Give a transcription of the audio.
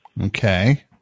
Okay